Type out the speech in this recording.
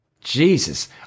Jesus